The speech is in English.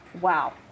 Wow